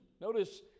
Notice